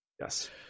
Yes